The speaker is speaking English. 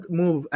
move